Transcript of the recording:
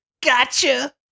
Gotcha